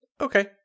Okay